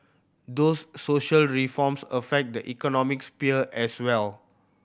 these social reforms affect the economic sphere as well